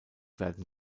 werden